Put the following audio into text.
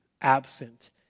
absent